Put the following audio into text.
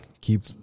keep